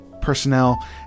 personnel